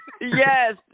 Yes